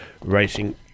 Racing